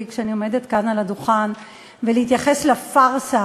כשאני עומדת כאן על הדוכן ולהתייחס לפארסה